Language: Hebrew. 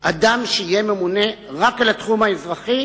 אדם שיהיה ממונה רק על התחום האזרחי